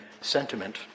sentiment